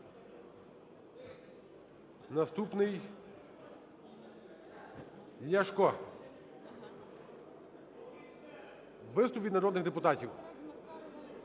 Наступний – Ляшко. Виступ від народних депутатів.